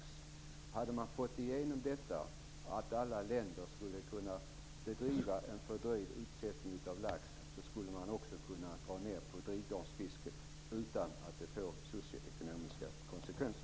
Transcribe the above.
Om man hade fått igenom detta och alla länder kunde bedriva en fördröjd utsättning av lax skulle man också kunna dra ned på drivgarnsfisket utan att det fick socio-ekonomiska konsekvenser.